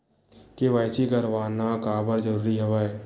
KYC करवाना काबर जरूरी हवय?